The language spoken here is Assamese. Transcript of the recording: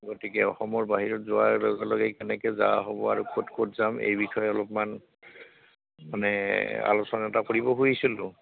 গতিকে অসমৰ বাহিৰত যোৱাৰ লগে লগে কেনেকৈ যা হ'ব আৰু ক'ত ক'ত যাম এই বিষয়ে অলপমান মানে আলোচনা এটা কৰিব খুজিছিলো